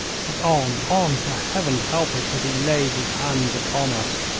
but on, on, for heaven help us if he lays his hands upon us.